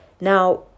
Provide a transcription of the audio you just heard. Now